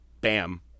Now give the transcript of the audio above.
bam